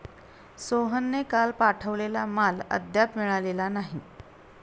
सोहनने काल पाठवलेला माल अद्याप मिळालेला नाही